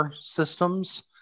systems